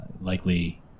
Likely